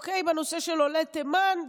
בנושא של עולי תימן.